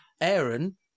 Aaron